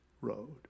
road